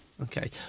Okay